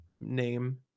name